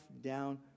down